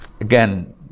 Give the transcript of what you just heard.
Again